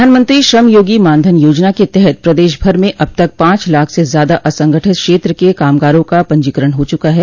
प्रधानमंत्री श्रमयोगी मानधन योजना के तहत प्रदेश भर में अब तक पांच लाख से ज़्यादा असंगठित क्षेत्र के कामगारों का पंजीकरण हो चुका है